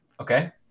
Okay